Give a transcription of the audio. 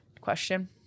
question